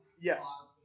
yes